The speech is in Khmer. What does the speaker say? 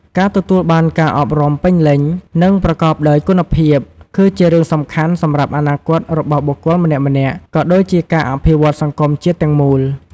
ការទទួលបានការអប់រំពេញលេញ និងប្រកបដោយគុណភាព គឺជារឿងសំខាន់សម្រាប់អនាគតរបស់បុគ្គលម្នាក់ៗ ក៏ដូចជាការអភិវឌ្ឍសង្គមជាតិទាំងមូល។